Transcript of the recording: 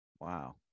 wow